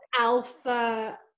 alpha